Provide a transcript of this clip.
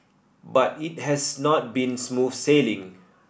but it has not been smooth sailing